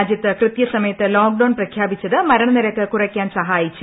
രാജ്യത്ത് കൃത്യസമയത്ത് ലോക്ഡൌൺ പ്രഖ്യാപിച്ചത് മരണനിരക്ക് കുറയ്ക്കാൻ സഹായിച്ചു